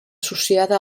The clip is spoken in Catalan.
associada